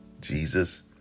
Jesus